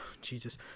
Jesus